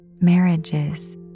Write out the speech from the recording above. marriages